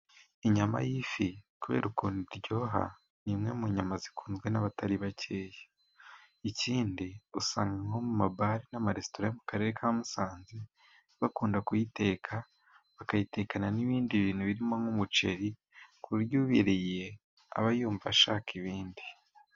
Inyama y'ifi kubera ukuntu iryoha, ni imwe mu nyama zikunzwe n'abatari bakeya, ikindi usanga nko mu mabare n'amaresitora, yo mu karere ka Musanze, bakunda kuyiteka bakayitekana n'ibindi bintu, birimo nk'umuceri ku buryo ubiriye aba yumva ashaka ibindi.